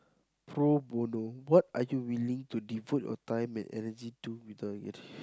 pro bono what are you willing to devote your time and energy to without getting anything